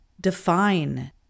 define